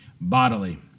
Bodily